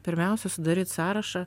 pirmiausia sudaryt sąrašą